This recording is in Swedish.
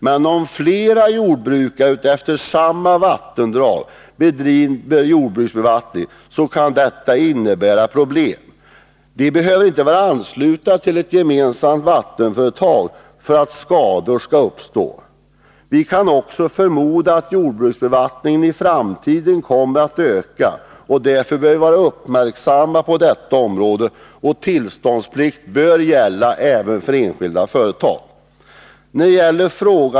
Men om flera jordbrukare utefter samma vattendrag bedriver jordbruksbevattning kan detta innebära problem. De behöver inte vara anslutna till ett gemensamt vattenföretag för att skada skall uppstå. Vi kan också förmoda att jordbruksbevattningen i framtiden kommer att öka, och därför bör vi vara uppmärksamma på detta område. Tillståndsplikt bör gälla även för enskilda företag.